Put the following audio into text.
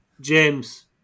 James